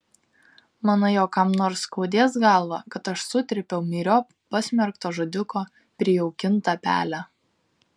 manai jog kam nors skaudės galvą kad aš sutrypiau myriop pasmerkto žudiko prijaukintą pelę